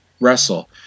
wrestle